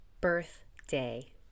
birthday